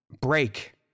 break